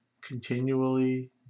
continually